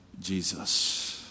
Jesus